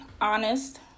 honest